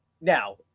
Now